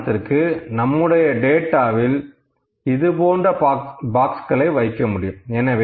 உதாரணத்திற்கு நம்முடைய டேட்டாவில் இதுபோன்று பாக்ஸ்களை வைக்க முடியும்